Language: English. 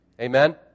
Amen